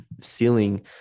ceiling